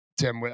Tim